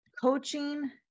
coaching